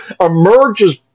emerges